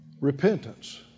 Repentance